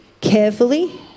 carefully